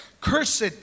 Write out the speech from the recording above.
Cursed